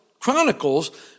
Chronicles